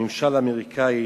לממשל האמריקני,